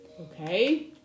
Okay